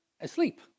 asleep